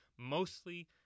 mostly